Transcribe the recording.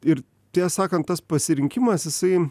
ir tiesą sakant tas pasirinkimas jisai